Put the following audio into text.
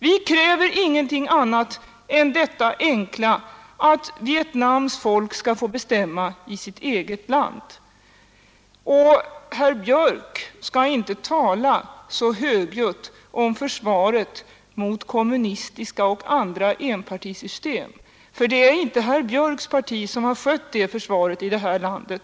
Vi kräver ingenting annat än detta enkla, att Vietnams folk skall få bestämma i sitt eget land. Herr Björck skall inte tala så högljutt om försvaret mot kommunistiska och andra enpartisystem, för det är inte herr Björcks parti utan vårt parti som har skött det försvaret här i landet.